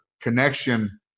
connection